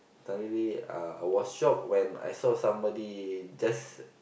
thoroughly uh wash up when I saw somebody just